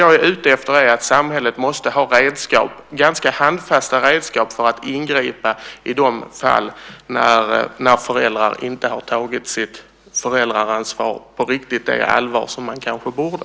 Jag är ute efter att samhället måste ha ganska handfasta redskap för att ingripa i de fall när föräldrar inte har tagit sitt föräldraansvar så allvarligt som de borde.